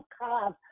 cause